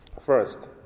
First